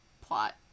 plot